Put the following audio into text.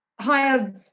higher